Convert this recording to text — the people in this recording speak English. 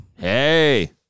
Hey